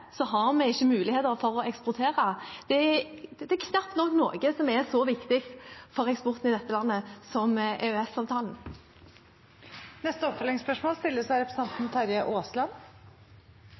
har vi ikke muligheter for å eksportere. Det er knapt nok noe som er så viktig for eksporten i dette landet som EØS-avtalen. Terje Aasland – til oppfølgingsspørsmål.